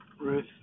Ruth